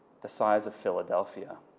the size of philadelphia.